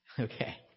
Okay